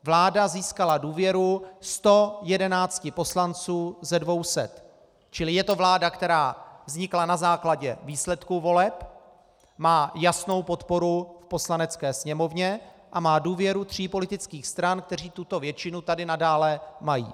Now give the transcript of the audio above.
Vláda získala důvěru 111 poslanců ze 200, čili je to vláda, která vznikla na základě výsledků voleb, má jasnou podporu v Poslanecké sněmovně a má důvěru tří politických stran, které tuto většinu tady nadále mají.